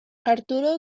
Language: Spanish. arturo